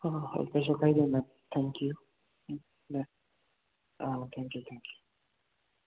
ꯍꯣꯏ ꯍꯣꯏ ꯍꯣꯏ ꯀꯩꯁꯨ ꯀꯥꯏꯗꯦ ma'am thank you um ma'am ah thank you thank U